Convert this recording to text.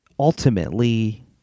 ultimately